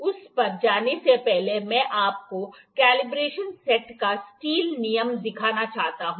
उस पर जाने से पहले मैं आपको कॉन्बिनेशन सेट का स्टील नियम दिखाना चाहता हूं